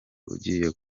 ugiye